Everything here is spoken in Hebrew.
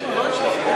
(תיקון מס' 35) (ראש האופוזיציה),